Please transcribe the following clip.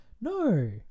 No